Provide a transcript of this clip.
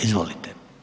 Izvolite.